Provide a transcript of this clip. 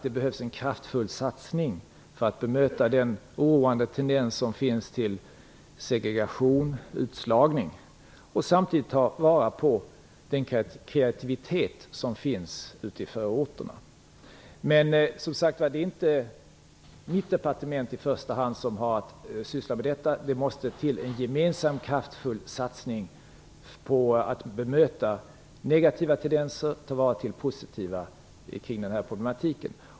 Det behövs en kraftfull satsning för att bemöta den oroande tendens som finns till segregation och utslagning och samtidigt ta vara på den kreativitet som finns ute i förorterna. Men det är inte i första hand mitt departement som har att syssla med detta. Det måste till en gemensam kraftfull satsning för att bemöta negativa tendenser och ta vara på det positiva kring den här problematiken.